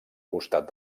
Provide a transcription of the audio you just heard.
costat